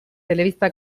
telebista